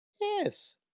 Yes